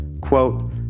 quote